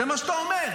זה מה שאתה אומר.